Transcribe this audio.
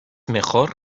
mejor